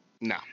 No